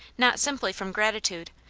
not simply from grati tude,